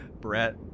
Brett